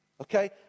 Okay